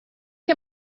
get